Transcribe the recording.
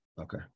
Okay